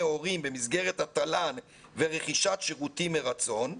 הורים במסגרת התל"ן ורכישת שירותים מרצון,